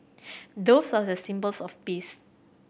doves are the symbols of peace